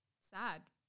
Sad